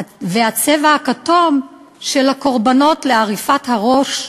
והצבע הכתום של הקורבנות לעריפת הראש,